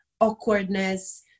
awkwardness